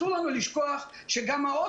גם הגשנו רשימות של תלמידים למחשבים,